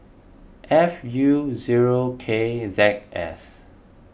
F U zero K Z S